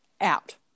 out